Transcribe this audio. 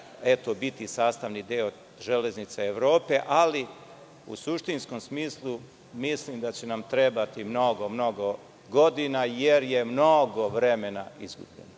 biti sastavni deo železnica Evrope, ali u suštinskom smislu mislim da će nam trebati mnogo godina, jer je mnogo vremena izgubljeno.